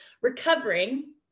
recovering